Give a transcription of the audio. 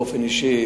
באופן אישי,